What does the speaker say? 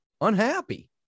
unhappy